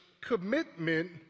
commitment